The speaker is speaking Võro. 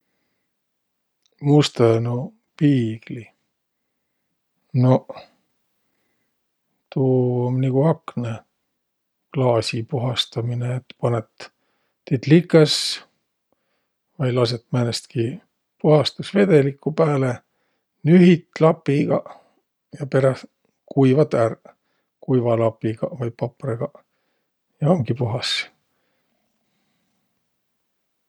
Mustõnuq piigli? Noq, tuu um nigu aknõklaasi puhastaminõ: et panõt, tiit likõs vai lasõt määnestki puhastusvedelikku pääle, nühit lapigaq ja peräh kuivat ärq kuiva lapigaq vai paprõgaq, ja umgi puhas.